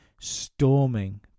storming